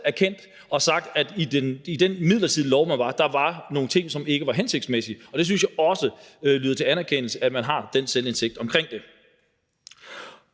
erkendt og sagt, at i den midlertidige lov, der var, var nogle ting, som ikke var hensigtsmæssige, og jeg synes også, det skal anerkendes, når man har den selvindsigt omkring det.